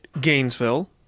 Gainesville